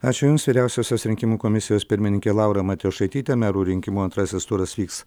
ačiū jums vyriausiosios rinkimų komisijos pirmininkė laura matijošaitytė merų rinkimų antrasis turas vyks